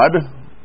God